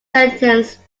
sentenced